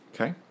Okay